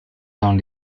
dans